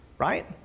right